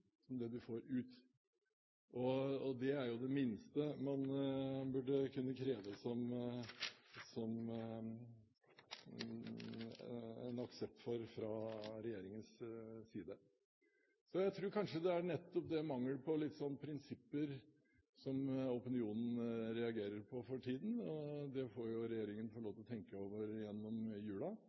som det du får ut. Det er jo det minste man burde kunne kreve en aksept for fra regjeringens side. Jeg tror kanskje det er nettopp litt mangel på prinsipper som opinionen reagerer på for tiden, og det får regjeringen få lov til å tenke over gjennom jula.